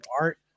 art